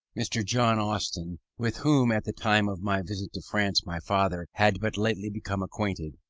mr. john austin, with whom at the time of my visit to france my father had but lately become acquainted,